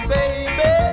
baby